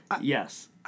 Yes